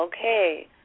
okay